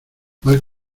mal